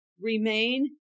remain